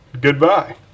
Goodbye